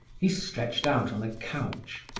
he stretched out on a couch,